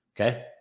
Okay